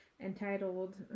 entitled